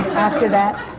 after that?